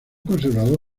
conservado